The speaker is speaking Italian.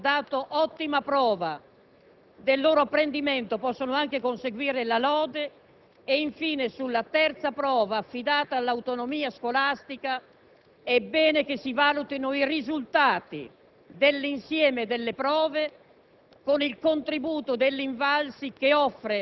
per esempio, i ragazzi che hanno dato ottima prova del loro apprendimento possono anche conseguire la lode nel punteggio finale. Inoltre, sulla terza prova, affidata all'autonomia scolastica, è bene che si valutino i risultati dell'insieme delle prove